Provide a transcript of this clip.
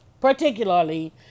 Particularly